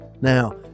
Now